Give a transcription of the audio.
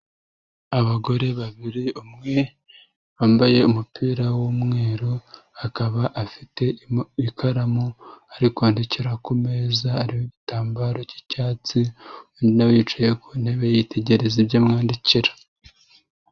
Abagore babiri umwe wambaye umupira w'umweru, akaba afite ikaramu ari kwandikira ku meza ariho igitambaro cy'icyatsi, undi wicaye ku ntebe yitegereza ibyo amwandikira.